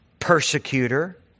Persecutor